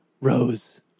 rose